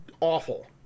awful